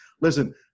Listen